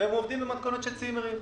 עובדים במתכונת של צימרים.